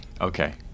Okay